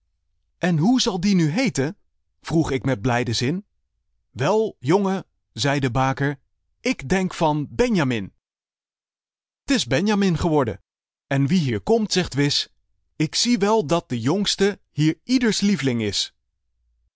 en hoe zal die nu heeten vroeg ik met blijden zin wel jongen zeî de baker ik denk van benjamin pieter louwerse alles zingt t is benjamin geworden en wie hier komt zegt wis ik zie wel dat de jongste hier ieders liev'ling is